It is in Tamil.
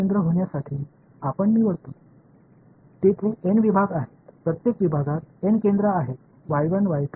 N பிரிவுகள் இருப்பதால் ஒவ்வொரு பிரிவிலும் ஒரு மையம் உள்ளது வரை